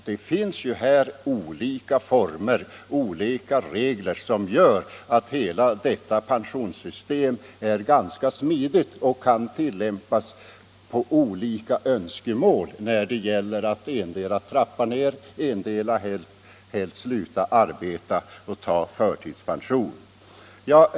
Det finns här olika regler som gör att hela detta pensionssystem är ganska smidigt och kan tillämpas på skilda önskemål, vare sig det gäller att trappa ner eller att helt sluta arbeta och ta förtidspension.